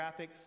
graphics